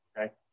Okay